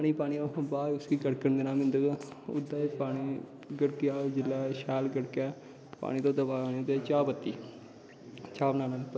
उने पाना बाद च उसी गड़कन देना बिंदग ओह्दै च पाने गड़केआ जिसलै सैल गड़केआ पानी ते ओह्दै बाद ओह्दै च पानी चाह् पत्ती चाह् पाना पत्ती